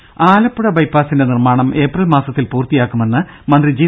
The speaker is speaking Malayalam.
രുദ ആലപ്പുഴ ബൈപ്പാസിന്റെ നിർമ്മാണം ഏപ്രിൽ മാസത്തിൽ പൂർത്തിയാക്കുമെന്ന് മന്ത്രി ജി